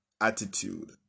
attitude